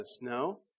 No